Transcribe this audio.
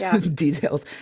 details